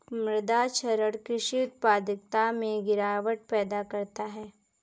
मृदा क्षरण कृषि उत्पादकता में गिरावट पैदा करता है